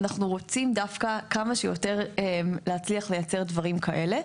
אנחנו רוצים דווקא כמה שיותר להצליח לייצר דברים כאלה,